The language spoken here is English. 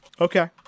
Okay